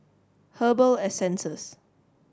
Herbal Essences